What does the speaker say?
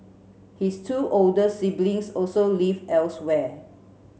his two older siblings also live elsewhere